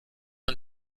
und